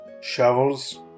shovels